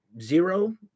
zero